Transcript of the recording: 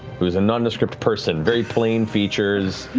who's a nondescript person, very plain features,